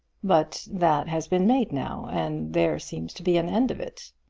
but that has been made now, and there seems to be an end of it.